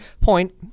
Point